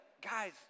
guys